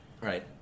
Right